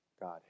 God